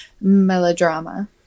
melodrama